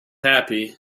happy